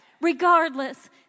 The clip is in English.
regardless